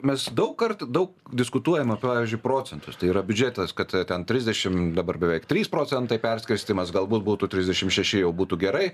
mes daug kartų daug diskutuojama pavyzdžiui procentus tai yra biudžetas kad ten trisdešim dabar beveik trys procentai perskirstymas galbūt būtų trisdešim šeši jau būtų gerai